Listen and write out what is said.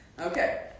Okay